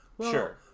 sure